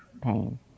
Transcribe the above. pain